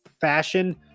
fashion